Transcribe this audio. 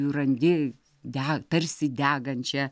randi de tarsi degančią